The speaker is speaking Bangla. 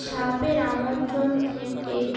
সাপের আক্রমণ থেকে